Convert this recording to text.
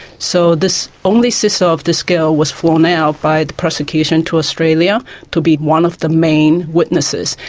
so this only sister of this girl was flown out by the prosecution to australia to be one of the main witnesses,